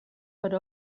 per